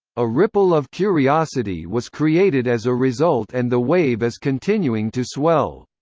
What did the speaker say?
a ripple of curiosity was created as a result and the wave is continuing to swell.